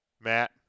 Matt